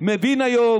נגד חיזבאללה?